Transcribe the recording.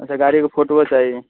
अच्छा गाड़ीके फोटोवो चाही